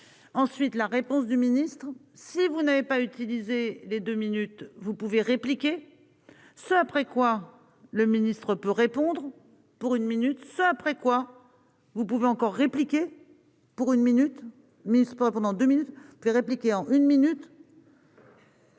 ensuite la réponse du ministre : si vous n'avez pas utilisé les 2 minutes, vous pouvez répliquer ce après quoi le ministre peut répondre ou pour une minute ce après quoi vous pouvez encore répliqué pour une minute mais pas pendant 2000 peut répliquer en une minute.